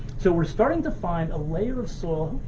so we're starting to find a layer of soil.